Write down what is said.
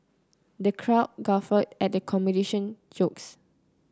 the crowd guffawed at the jokes